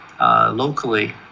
Locally